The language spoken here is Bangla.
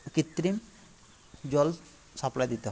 কৃত্রিম জল সাপ্লাই দিতে হয়